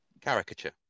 caricature